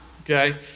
Okay